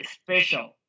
special